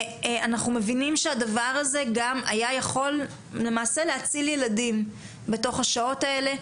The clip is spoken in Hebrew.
אנחנו מבינים שהדבר הזה גם היה יכול למעשה להציל ילדים בתוך השעות האלה,